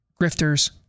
grifters